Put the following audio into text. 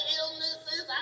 illnesses